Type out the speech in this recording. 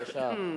בבקשה.